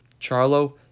Charlo